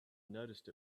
noticed